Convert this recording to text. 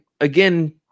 again